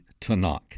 Tanakh